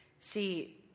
See